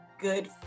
good